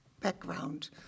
background